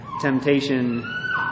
temptation